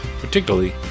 particularly